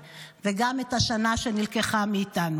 וגם היום אתם בצד הצודק של ההיסטוריה.